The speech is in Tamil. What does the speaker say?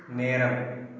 நேரம்